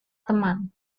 teman